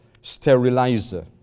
sterilizer